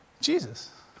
jesus